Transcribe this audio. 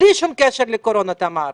בלי שום קשר לקורונה, תמר.